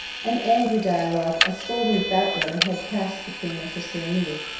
an angry dialogue, a scolding-bout rather, has passed between my sister and me.